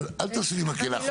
אבל אל תעשי מקהלה חוזרת,